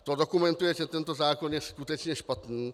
To dokumentuje, že tento zákon je skutečně špatný.